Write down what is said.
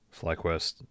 FlyQuest